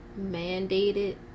Mandated